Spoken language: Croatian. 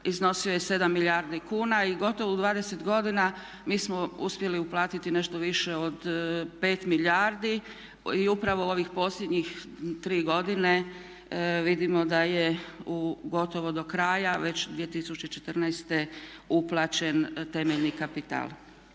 iznosio je 7 milijardi kuna i gotovo u 20 godina mi smo uspjeli uplatiti nešto više od 5 milijardi i upravo ovih posljednjih 3 godine vidimo da je u gotovo do kraja već 2014. uplaćen temeljni kapital